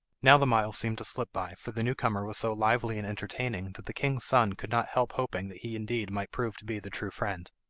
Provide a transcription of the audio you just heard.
now the miles seemed to slip by, for the new comer was so lively and entertaining that the king's son could not help hoping that he indeed might prove to be the true friend.